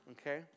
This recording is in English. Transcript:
okay